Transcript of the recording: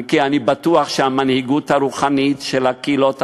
כי אני בטוח שהמנהיגות הרוחנית של הקהילות החרדיות,